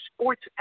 sports